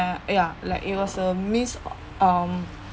ya like it was a miss uh um